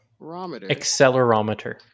Accelerometer